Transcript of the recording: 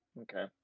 Okay